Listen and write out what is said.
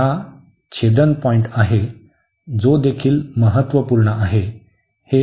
तर हा छेदनपॉईंट आहे जो देखील महत्त्वपूर्ण आहे